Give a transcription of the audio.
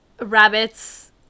rabbits